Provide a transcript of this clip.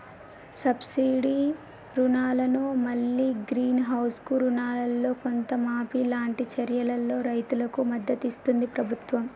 subsidy రుణాలను మల్లి green house కు రుణాలల్లో కొంత మాఫీ లాంటి చర్యలతో రైతుకు మద్దతిస్తుంది ప్రభుత్వం